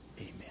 Amen